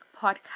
podcast